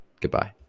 Goodbye